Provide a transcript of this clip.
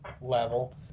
level